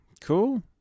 Cool